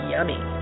Yummy